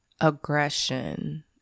aggression